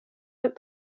that